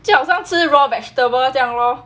就好像吃 raw vegetables 这样 lor